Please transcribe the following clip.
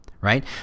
right